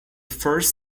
first